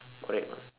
correct or not